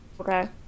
Okay